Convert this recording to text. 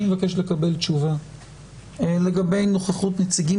אני אבקש לקבל תשובה לגבי נוכחות נציגים